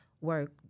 work